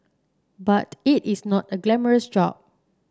but it is not a glamorous job